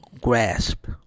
grasp